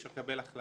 אי אפשר לקבל החלטה